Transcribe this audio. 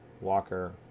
Walker